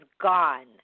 gone